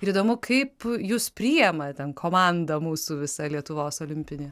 ir įdomu kaip jus priima ten komanda mūsų visa lietuvos olimpinė